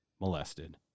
molested